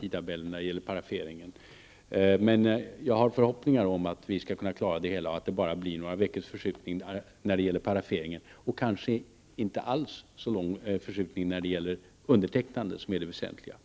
tidtabellen när det gäller paraferingen, men jag har förhoppningar om att vi skall kunna klara den och att det bara blir några veckors förskjutning när det gäller paraferingen och kanske inte alls så lång förskjutning när det gäller undertecknandet, som är det väsentliga.